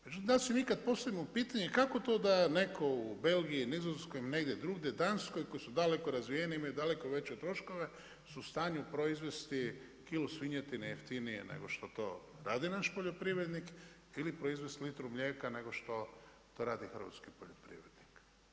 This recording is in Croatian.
Međutim, da li si ikad postavljamo pitanje kako to da netko u Belgiji, Nizozemskoj, negdje drugdje Danskoj koje su daleko razvijenije, imaju daleko veće troškove su u stanju proizvesti kilu svinjetine jeftinije nego što to radi naš poljoprivrednik ili proizvest litru mlijeka nego što to radi hrvatski poljoprivrednik.